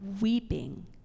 weeping